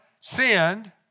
sinned